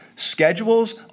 Schedules